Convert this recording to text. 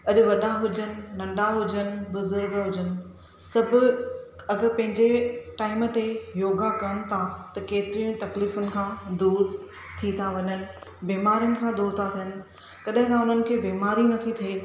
अॼु वॾा हुजनि नंढा हुजनि बुज़ुर्ग हुजनि सभु अगरि पंहिंजे टाइम ते योगा कनि था त केतिरियों तकलिफ़ुनि खां दूर थी था वञनि बीमारियुनि खां दूर था थियनि कॾहिं न हुननि खे बीमारी नथी थिए